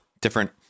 different